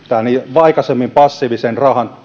tätä aikaisemmin passiivista